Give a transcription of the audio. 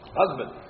husband